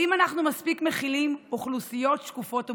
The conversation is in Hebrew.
האם אנחנו מספיק מכילים אוכלוסיות שקופות ומוחלשות?